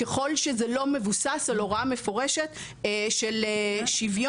ככל שזה לא מבוסס על הוראה מפורשת של שוויון,